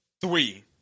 three